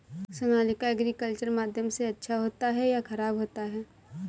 Sonalika agriculture माध्यम से अच्छा होता है या ख़राब होता है?